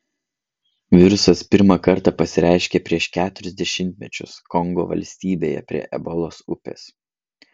virusas pirmą kartą pasireiškė prieš keturis dešimtmečius kongo valstybėje prie ebolos upės